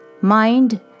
mind